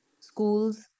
schools